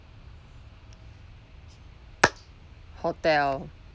hotel